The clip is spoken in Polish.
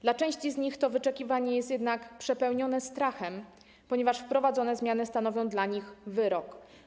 Dla części z nich to wyczekiwanie jest jednak przepełnione strachem, ponieważ wprowadzone zmiany stanowią dla nich wyrok.